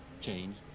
change